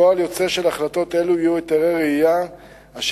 פועל יוצא של החלטות אלו יהיו היתרי רעייה אשר